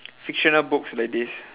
fictional books like this